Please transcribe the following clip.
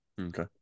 Okay